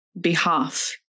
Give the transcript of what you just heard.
behalf